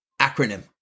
acronym